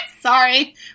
sorry